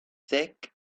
sick